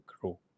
grow